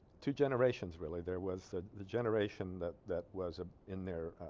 two generations really there was the generation that that was a in their